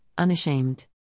unashamed